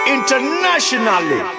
Internationally